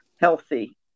healthy